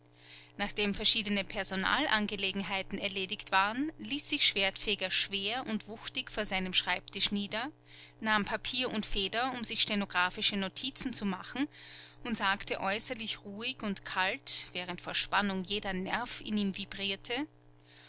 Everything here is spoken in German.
nachdem verschiedene personalangelegenheiten erledigt waren ließ sich schwertfeger schwer und wuchtig vor seinem schreibtisch nieder nahm papier und feder um sich stenographische notizen zu machen und sagte äußerlich ruhig und kalt während vor spannung jeder nerv in ihm vibrierte